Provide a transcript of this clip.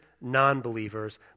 non-believers